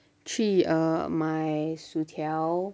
去 uh 买薯条